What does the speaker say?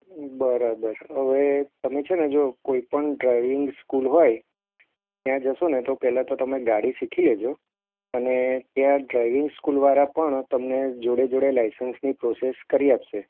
બરાબર હવે તમે છે ને જો કોઈપણ ડ્રાઇવિંગ સ્કૂલ હોય ત્યાં જશો ને તો પહેલાં તો તમે ગાડી શીખી લેજો અને ત્યાં ડ્રાઇવિંગ સ્કૂલવાળા પણ તમને જોડે જોડે લાઇસન્સની પ્રોસેસ કરી આપશે